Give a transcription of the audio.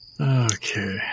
Okay